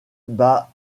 bat